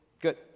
Good